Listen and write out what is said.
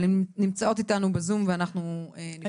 אבל הן נמצאות איתנו בדיונים ואנחנו נפנה אליהן בהמשך.